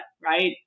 right